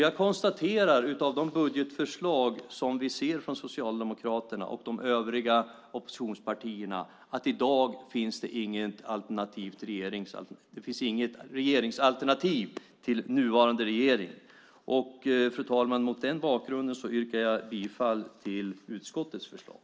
Jag konstaterar av de budgetförslag som vi ser från Socialdemokraterna och de övriga oppositionspartierna att det i dag inte finns något regeringsalternativ till nuvarande regering. Fru talman! Mot den bakgrunden yrkar jag bifall till utskottets förslag.